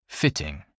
Fitting